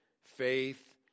faith